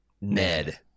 ned